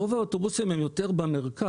רוב האוטובוסים הם יותר במרכז.